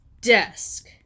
desk